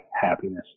happiness